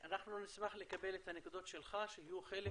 נשמח לקבל את הנקודות שלך שיהיו חלק